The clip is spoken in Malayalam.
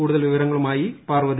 കൂടുതൽ വിവരങ്ങളുമായി പാർവ്വതി